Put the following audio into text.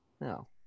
No